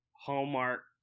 Hallmark